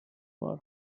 for